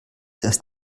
das